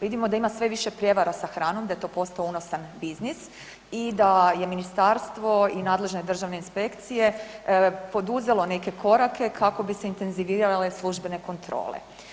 Vidimo da ima sve više prijevara sa hranom, da je to postao unosan biznis i da je ministarstvo i nadležne državne inspekcije poduzelo neke korake kako bi se intenzivirale službene kontrole.